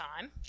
time